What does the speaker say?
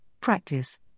practice